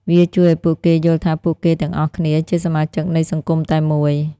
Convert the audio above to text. វាជួយឱ្យពួកគេយល់ថាពួកគេទាំងអស់គ្នាជាសមាជិកនៃសង្គមតែមួយ។